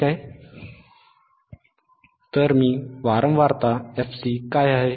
ठीक आहे